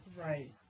Right